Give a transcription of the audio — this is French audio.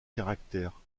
caractère